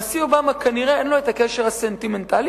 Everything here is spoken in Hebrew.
הנשיא אובמה כנראה אין לו הקשר הסנטימנטלי,